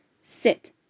Sit